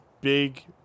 big